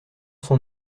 son